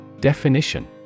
DEFINITION